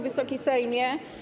Wysoki Sejmie!